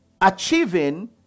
Achieving